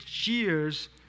years